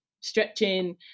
stretching